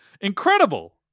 Incredible